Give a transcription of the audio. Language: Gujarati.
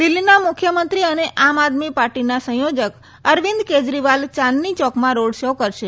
દિલ્હીના મુખ્યમંત્રી અને આમ આદમી પાર્ટીના સંયોજક અરવિંદ કેજરીવાલ ચાંદની ચોકમાં રોડ શો કરશે